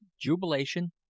jubilation